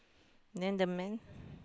then the man